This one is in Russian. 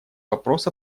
вопрос